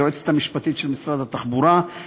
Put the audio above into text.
היועצת המשפטית של משרד התחבורה,